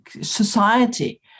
society